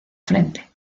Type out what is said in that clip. frente